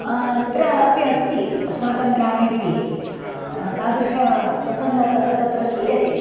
अत्रापि अस्तिअस्माकं ग्रामेपि तादृशप्रसङ्गः तत्र तत्र श्रूयते